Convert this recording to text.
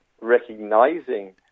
recognizing